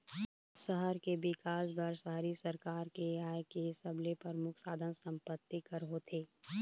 सहर के बिकास बर शहरी सरकार के आय के सबले परमुख साधन संपत्ति कर होथे